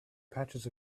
patches